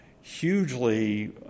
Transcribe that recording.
hugely